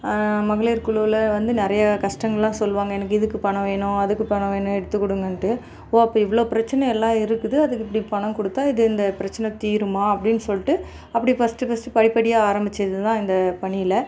மகளிர் குழுவில வந்து நிறைய கஷ்டங்கள்லாம் சொல்லுவாங்க எனக்கு இதுக்கு பணம் வேணும் அதுக்கு பணம் வேணும் எடுத்துக் கொடுங்கன்ட்டு ஓ அப்போ இவ்வளோ பிரச்சனை எல்லாம் இருக்குது அதுக்கு இப்படி பணம் கொடுத்தா இது இந்த பிரச்சனை தீருமா அப்படின்னு சொல்லிட்டு அப்படி ஃபர்ஸ்ட்டு ஃபர்ஸ்ட்டு படிப்படியாக ஆரம்பிச்சது தான் இந்த பணியில